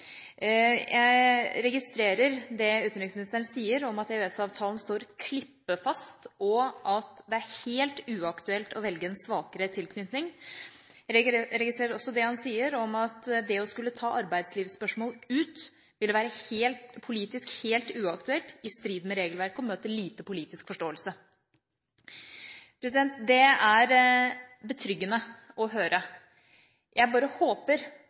Jeg registrerer det utenriksministeren sier, at EØS-avtalen står klippefast, og at det er helt uaktuelt å velge en svakere tilknytning. Jeg registrerer også det han sier om at det å skulle ta arbeidslivsspørsmål ut ville være politisk helt uaktuelt, være i strid med regelverket og møte liten politisk forståelse. Det er betryggende å høre. Jeg håper bare